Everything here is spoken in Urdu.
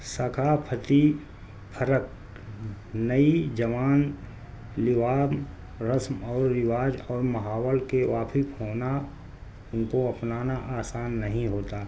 ثقافتی فرق نئی جوان لوام رسم اور رواج اور ماحول کے موافق ہونا ان کو اپنانا آسان نہیں ہوتا